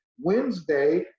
wednesday